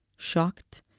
shocked,